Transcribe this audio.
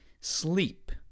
sleep